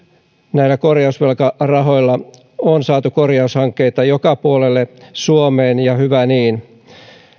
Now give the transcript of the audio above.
näillä korjausvelkarahoilla on saatu korjaushankkeita joka puolelle suomea ja hyvä niin